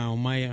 uma